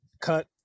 cut